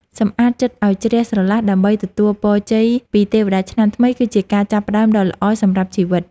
សម្អាតចិត្តឱ្យជ្រះស្រឡះដើម្បីទទួលពរជ័យពីទេវតាឆ្នាំថ្មីគឺជាការចាប់ផ្តើមដ៏ល្អសម្រាប់ជីវិត។